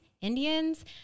Indians